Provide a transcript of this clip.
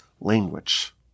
language